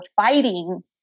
fighting